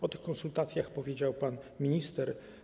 O tych konsultacjach powiedział pan minister.